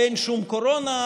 או: אין שום קורונה,